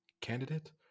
candidate